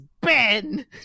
Ben